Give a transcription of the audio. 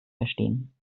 verstehen